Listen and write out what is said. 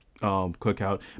cookout